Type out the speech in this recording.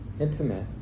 intimate